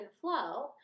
flow